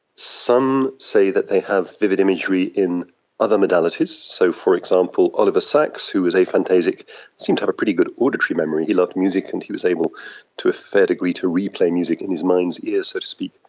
some say that they have vivid imagery in other modalities, so, for example, oliver sacks who was aphantasic seemed to have a pretty good auditory memory, he loved music and he was able to a fair degree to replay music in his mind's ear, so to speak.